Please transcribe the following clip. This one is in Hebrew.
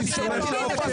נאור, נאור.